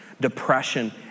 Depression